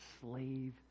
slave